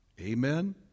Amen